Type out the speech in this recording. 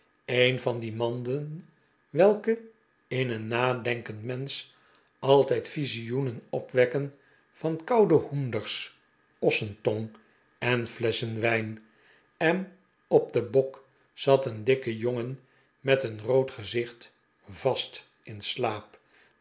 een van die manden welke in een nadenkend mensch altijd visioenen opwekken van koude hoenders ossentong en flesschen wijn en op den bok zat een dikke jongen met een rood gezicht vast in slaap